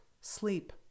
sleep